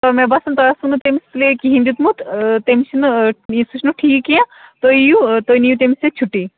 مےٚ باسان تۄہہِ اوسوُ نہٕ تٔمِس سُلے کِہیٖنۍ دیُتمُت تٔمِس چھِنہٕ یہِ سُہ چھُنہٕ ٹھیٖک کیٚنہہ تُہۍ یِیِو تُہۍ نِیِو تٔمِس ییٚتہِ چھُٹی